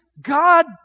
God